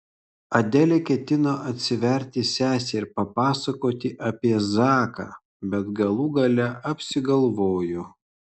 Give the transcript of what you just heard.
adelė ketino atsiverti sesei ir papasakoti apie zaką bet galų gale apsigalvojo